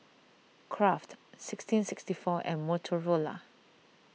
Kraft sixteen sixty four and Motorola